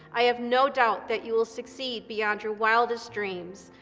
i have no doubt that you will succeed beyond your wildest dreams.